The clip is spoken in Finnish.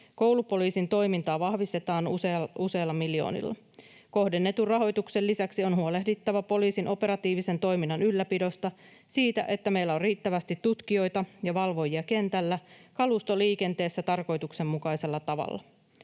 Koulupoliisin toimintaa vahvistetaan useilla miljoonilla. Kohdennetun rahoituksen lisäksi on huolehdittava poliisin operatiivisen toiminnan ylläpidosta, siitä, että meillä on riittävästi tutkijoita ja valvojia kentällä, kalusto liikenteessä tarkoituksenmukaisella tavalla.